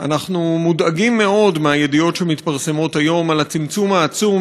אנחנו מודאגים מאוד מהידיעות שמתפרסמות היום על הצמצום העצום